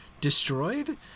destroyed